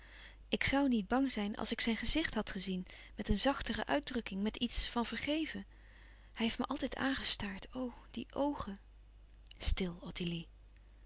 ik zoû niet bang zijn als ik zijn gezicht had gezien met een zachtere uitdrukking met iets van vergeven hij heeft me altijd aangestaard o die oogen stil ottilie